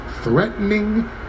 threatening